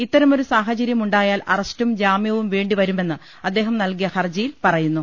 ഇത്തരമൊരു സാഹചരൃമുണ്ടായാൽ അറസ്റ്റും ജാമ്യവും വേണ്ടിവരുമെന്ന് അദ്ദേഹം നൽകിയ ഹർജി യിൽ പറയുന്നു